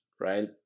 right